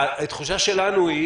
התחושה שלנו היא